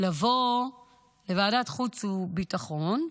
לבוא לוועדת חוץ וביטחון,